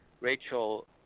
Rachel